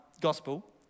gospel